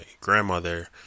grandmother